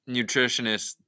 nutritionist